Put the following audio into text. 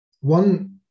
one